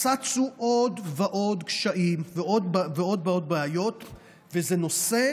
צצו עוד ועוד קשיים ועוד ועוד בעיות וזה נושא